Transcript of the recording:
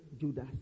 Judas